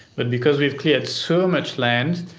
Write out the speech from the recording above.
but because we've cleared so much land,